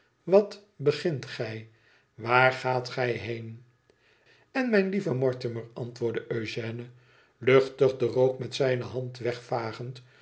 wat begint gij waar aat gij heen ën mijn lieve mortimer antwoordde eugène luchtig den rook met zijne hand wegvagend